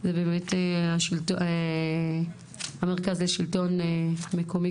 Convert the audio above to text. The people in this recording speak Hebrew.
זה באמת המרכז לשלטון מקומי,